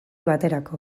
baterako